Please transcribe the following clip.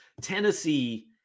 Tennessee